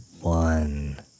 one